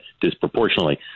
disproportionately